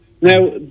Now